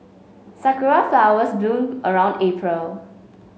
sakura flowers bloom around April